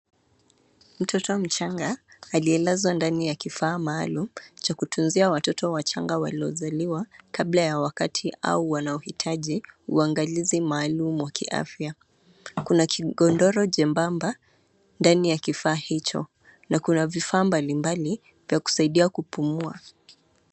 Mtoto mchanga alielezwa ndani ya kifaa maalumu cha kutunzia watoto wachanga waliozaliwa kabla ya wakati au wanaohitaji uangalizi maalumu wa kiafya. Kuna kigondoro jembamba ndani ya kifaa hicho na kuna vifaa mbalimbali vya kusaidia kupumua.